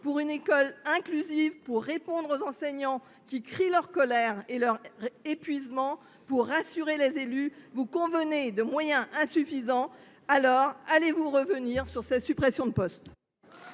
pour une école inclusive, pour répondre aux enseignants qui crient leur colère et leur épuisement, pour rassurer les élus, les moyens – vous en convenez – sont insuffisants. Allez vous donc revenir sur ces suppressions de postes ?